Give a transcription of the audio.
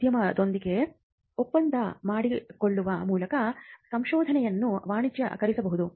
ಉದ್ಯಮದೊಂದಿಗೆ ಒಪ್ಪಂದ ಮಾಡಿಕೊಳ್ಳುವ ಮೂಲಕ ಸಂಶೋಧನೆಯನ್ನು ವಾಣಿಜ್ಯೀಕರಿಸಬಹುದು